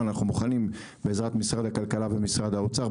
אנחנו מוכנים בעזרת משרד הכלכלה ומשרד האוצר,